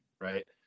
right